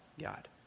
God